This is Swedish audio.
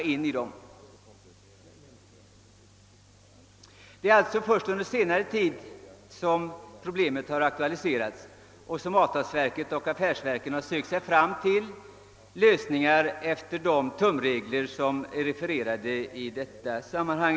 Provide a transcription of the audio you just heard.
Det är alltså först under senare tid som problemet har aktualiserats och som avtalsverket och affärsverken har sökt sig fram till lösningar efter de tumregler som åberopats i detta sammanhang.